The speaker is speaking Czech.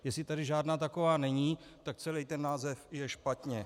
Jestli tady žádná taková není, tak celý ten název je špatně.